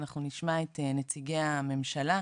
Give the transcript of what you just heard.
אנחנו נשמע את נציגי הממשלה.